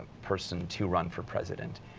person to run for president.